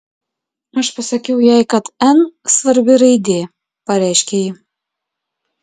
aš pasakiau jai kad n svarbi raidė pareiškė ji